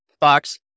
Box